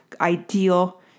ideal